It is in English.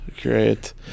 Great